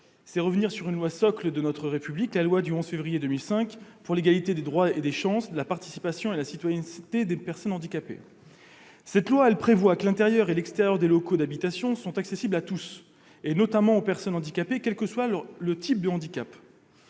revient ainsi sur une loi socle de notre République : la loi du 11 février 2005 pour l'égalité des droits et des chances, la participation et la citoyenneté des personnes handicapées, qui prévoit que l'intérieur et l'extérieur des locaux d'habitation sont accessibles à tous, et notamment aux personnes handicapées, quel que soit le type de handicap.